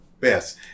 Yes